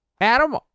Adam